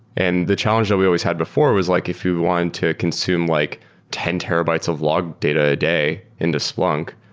and the challenge that we always had before was like if you want to consume like ten terabytes of log data a day into splunk,